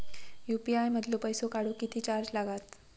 UPI मधलो पैसो पाठवुक किती चार्ज लागात?